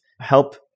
help